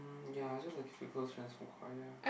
ya just a few close friends from choir